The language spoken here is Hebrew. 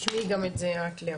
תשמעי גם את זה את לאה.